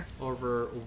over